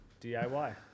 DIY